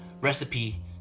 recipe